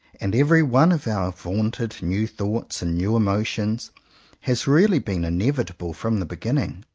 and every one of our vaunted new thoughts and new emo tions has really been inevitable from the beginning.